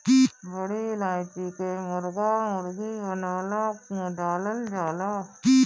बड़ी इलायची के मुर्गा मुर्गी बनवला में डालल जाला